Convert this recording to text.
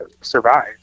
survive